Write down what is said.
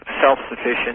self-sufficient